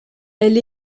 elle